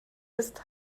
ist